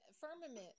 firmament